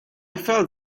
felt